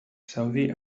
saudi